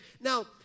Now